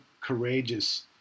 courageous